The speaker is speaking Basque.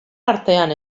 artean